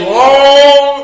long